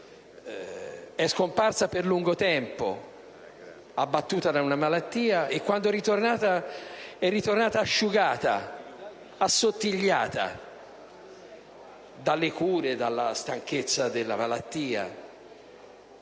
È scomparsa per lungo tempo, abbattuta dalla malattia, e quando è ritornata era asciugata, assottigliata dalle cure e dalla stanchezza della malattia;